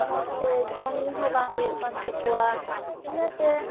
ᱢᱚᱡᱽ ᱛᱮ ᱡᱚᱢ ᱧᱩ ᱦᱚᱸ ᱵᱟᱝ ᱦᱩᱭᱩᱜ ᱠᱟᱱ ᱛᱟᱠᱚᱣᱟ ᱤᱱᱟᱹᱛᱮ